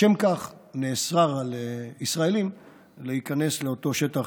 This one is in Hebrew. לשם כך נאסר על ישראלים להיכנס לאותו שטח,